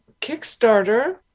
Kickstarter